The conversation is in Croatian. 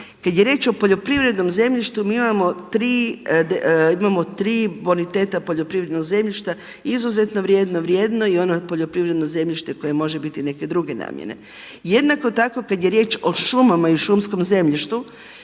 Kada je riječ o poljoprivrednom zemljištu mi imamo tri boniteta poljoprivrednog zemljišta, izuzetno vrijedno, vrijedno i ono poljoprivredno zemljište koje može biti neke druge namjene. Jednako tako kada je riječ o šumama i šumskom zemljištu